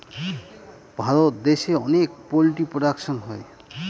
ভারত দেশে অনেক poultry production হয়